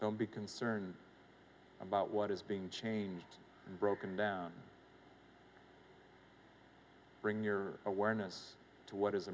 don't be concerned about what is being changed and broken down bring your awareness to what is